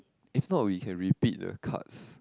if not we can repeat the cards